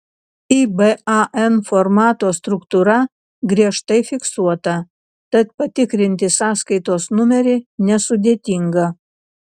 iban formato struktūra griežtai fiksuota tad patikrinti sąskaitos numerį nesudėtinga